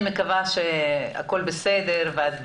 אני מקווה שהכול בסדר ואת בריאה.